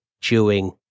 chewing